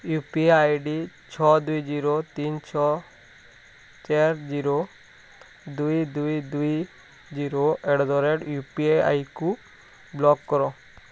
you P I ID ଛଅ ଦୁଇ zero ତିନି ଛଅ ଚାରି ଜିରୋ ଦୁଇ ଦୁଇ ଦୁଇ ଜିରୋ ଏଟ୍ ଦ ରେଟ୍ ୟୁପିଆଇକୁ ବ୍ଲକ୍ କର